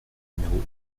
numéro